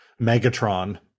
Megatron